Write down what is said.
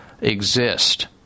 exist